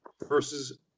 versus